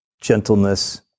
gentleness